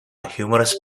humorous